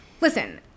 listen